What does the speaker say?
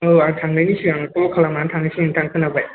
औ आं थांनायनि सिगां कल खालामनानै थांनोसै नोंथां खोनाबाय